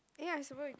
eh I suppose